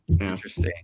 interesting